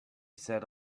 set